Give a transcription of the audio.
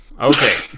Okay